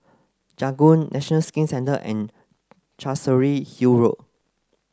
Janggung National Skin Centre and Chancery Hill Road